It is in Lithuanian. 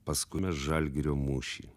paskui žalgirio mūšy